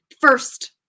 first